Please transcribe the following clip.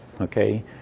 okay